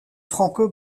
franco